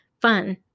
fun